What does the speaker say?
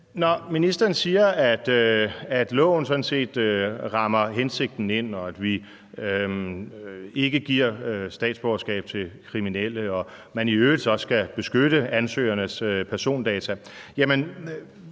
Når ministeren siger, at loven sådan set rammer hensigten ind, og at vi ikke giver statsborgerskab til kriminelle, og at man i øvrigt også skal beskytte ansøgernes persondata,